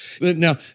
Now